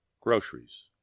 groceries